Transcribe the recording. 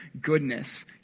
goodness